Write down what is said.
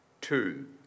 two